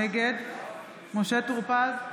נגד משה טור פז,